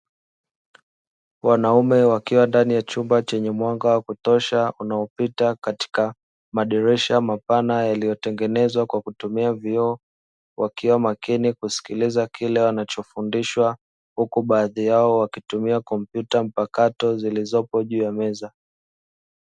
Wanaume wakiwa ndani ya chumba chenye mwaka wa kutosha unaopita katika madirisha mapana yaliyotengenezwa kwa kutumia vioo wakiwa makini kusikiliza kile wanachofundishwa huku baadhi yao wakitumia kompyuta mpakato zilizopo juu ya meza.